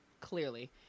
clearly